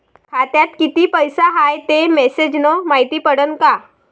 खात्यात किती पैसा हाय ते मेसेज न मायती पडन का?